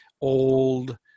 old